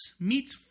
meets